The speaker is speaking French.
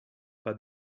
pas